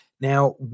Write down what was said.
Now